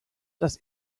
das